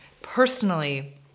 personally